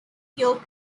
fuel